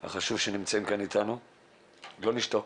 לא נשתוק